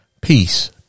Peace